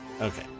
Okay